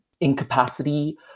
incapacity